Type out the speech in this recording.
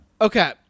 okay